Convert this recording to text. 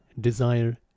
desire